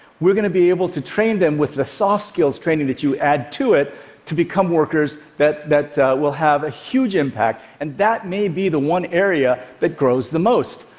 we're going to be able to train them with the soft-skills training that you add to it to become workers that that will have a huge impact, and that may be the one area that grows the most.